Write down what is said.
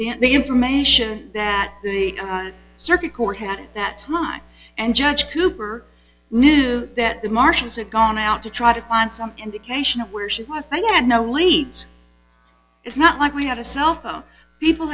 the information that the circuit court had at that time and judge cooper knew that the martians had gone out to try to find some indication of where she was then i had no leads it's not like we had a cell phone people